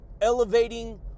elevating